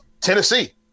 Tennessee